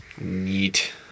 neat